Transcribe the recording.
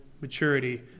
maturity